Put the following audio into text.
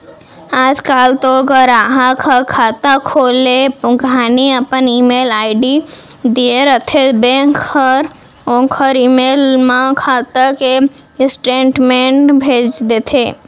आज काल तो गराहक ह खाता खोले घानी अपन ईमेल आईडी दिए रथें बेंक हर ओकर ईमेल म खाता के स्टेटमेंट भेज देथे